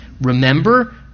remember